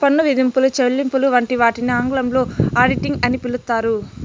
పన్ను విధింపులు, చెల్లింపులు వంటి వాటిని ఆంగ్లంలో ఆడిటింగ్ అని పిలుత్తారు